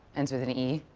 ends with an e.